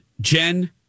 Jen